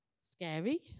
scary